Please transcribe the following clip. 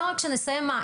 את אומרת כשתסיימו מה?